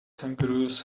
kangaroos